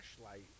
flashlight